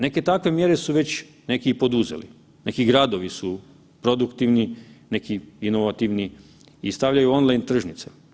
Neke takve mjere su već neki i poduzeli, neki gradovi su produktivni, neki inovativni i stavljaju online tržnice.